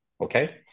Okay